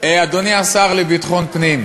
אדוני השר לביטחון פנים,